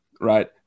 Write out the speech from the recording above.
right